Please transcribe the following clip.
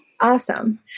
awesome